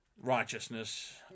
righteousness